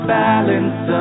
balance